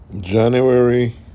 January